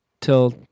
till